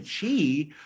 Chi